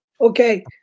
Okay